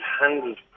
handled